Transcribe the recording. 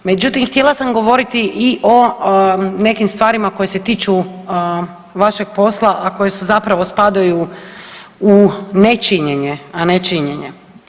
Međutim, htjela sam govoriti i o nekim stvarima koje se tiču vašeg posla a koje zapravo spadaju u nečinjenje a ne činjenje.